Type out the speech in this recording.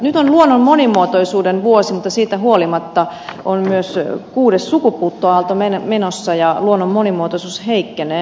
nyt on luonnon monimuotoisuuden vuosi mutta siitä huolimatta on myös kuudes sukupuuttoaalto menossa ja luonnon monimuotoisuus heikkenee